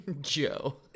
Joe